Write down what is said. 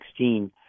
2016